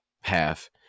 half